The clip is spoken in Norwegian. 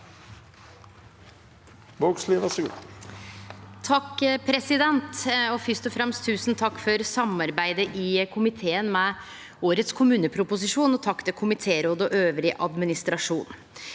for saka): Fyrst og fremst tusen takk for samarbeidet i komiteen om årets kommuneproposisjon, og takk til komitéråd og administrasjonen